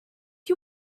you